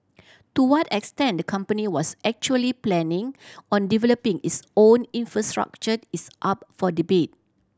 to what extent the company was actually planning on developing its own infrastructure is up for debate